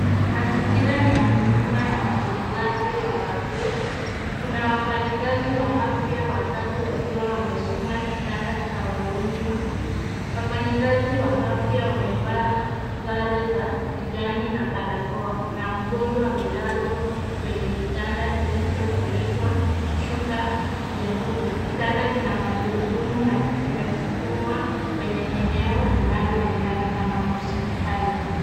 Mazingira ni ya huduma ya watunzaji wa wazee. Kuna wafanyakazi watatu wa Afya wakiwa wamesukuma kitanda cha wagonjwa. Wafanyakazi wa Afya wamevaa sare za kijani na barakoa na mgonjwa amelazwa kwenye kitanda kilichofunikwa shuka jeupe. Kitanda kina magurudumu na kinasukumwa kwenye eneo linaloonekana kama hospitali.